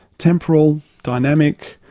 temporal, dynamic,